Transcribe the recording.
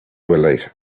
relate